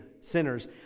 sinners